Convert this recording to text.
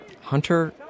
Hunter